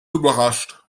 überrascht